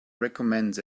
recommends